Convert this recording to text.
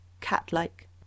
cat-like